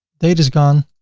date is gone.